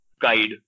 guide